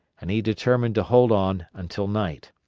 and he determined to hold on until night.